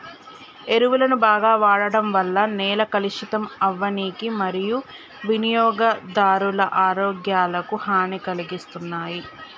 ఎరువులను బాగ వాడడం వల్ల నేల కలుషితం అవ్వనీకి మరియూ వినియోగదారుల ఆరోగ్యాలకు హనీ కలిగిస్తున్నాయి